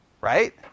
Right